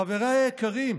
חבריי היקרים,